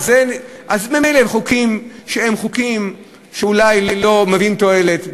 אז מילא אם אלה חוקים שאולי לא מביאים תועלת,